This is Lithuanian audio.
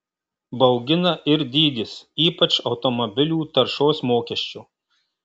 baugina ir dydis ypač automobilių taršos mokesčio